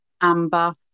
amber